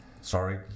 sorry